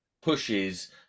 pushes